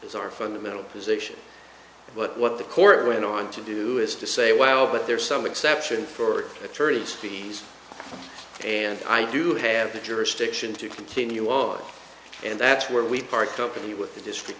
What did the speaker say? is our fundamental position but what the court went on to do is to say well but there are some exceptions for attorneys fees and i do have the jurisdiction to continue on and that's where we part company with the district